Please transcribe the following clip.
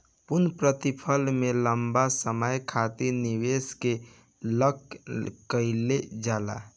पूर्णप्रतिफल में लंबा समय खातिर निवेश के लाक कईल जाला